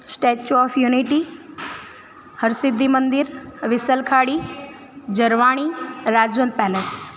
statue of Unity Harsiddhi મંદિર Vishal Khadi Zarwani Rajan palace